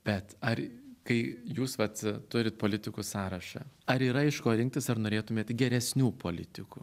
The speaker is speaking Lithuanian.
bet ar kai jūs vat turit politikų sąrašą ar yra iš ko rinktis ar norėtumėt geresnių politikų